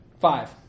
Five